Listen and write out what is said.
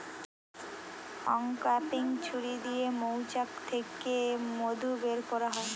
uncapping ছুরি দিয়ে মৌচাক থিকে মধু বের কোরা হয়